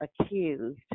accused